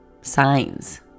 signs